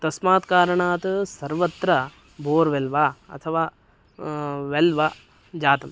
तस्मात् कारणात् सर्वत्र बोर्वेल् वा अथवा वेल् वा जातम्